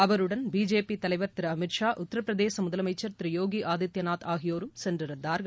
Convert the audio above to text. அவருடன் பிஜேபி தலைவா் திரு அமித் ஷா உத்திரபிரதேச முதலமைச்சா் திரு யோகி ஆதித்யநாத் ஆகியோரும் சென்றிருந்தார்கள்